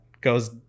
goes